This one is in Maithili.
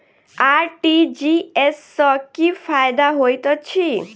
आर.टी.जी.एस सँ की फायदा होइत अछि?